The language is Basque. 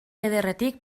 ederretik